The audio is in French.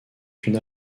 une